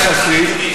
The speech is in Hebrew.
לא לסלף.